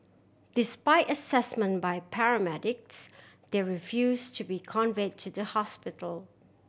despite assessment by paramedics they refuse to be convey to the hospital